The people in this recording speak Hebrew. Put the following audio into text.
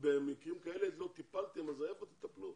במקרים כאלה לא טיפלתם, אז היכן תטפלו?